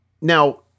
Now